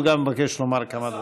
מבקש לומר כמה דברים.